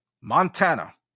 Montana